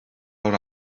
awr